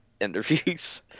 Interviews